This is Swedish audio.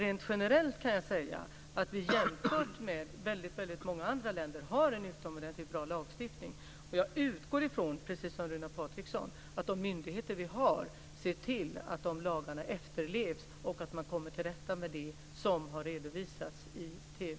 Rent generellt kan jag säga att vi jämfört med väldigt många andra länder har en utomordentligt bra lagstiftning. Jag utgår från, precis som Runar Patriksson, att de myndigheter vi har ser till att lagarna efterlevs och att man kommer till rätta med det som har redovisats i TV.